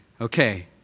Okay